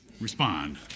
Respond